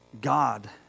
God